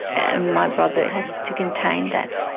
and my brother had to contain that,